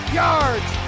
yards